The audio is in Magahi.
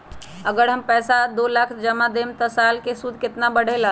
अगर हमर पैसा दो लाख जमा है त साल के सूद केतना बढेला?